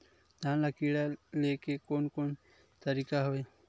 धान ल कीड़ा ले के कोन कोन तरीका हवय?